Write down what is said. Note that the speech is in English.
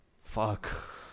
fuck